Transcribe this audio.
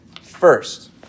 first